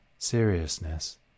seriousness